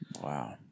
Wow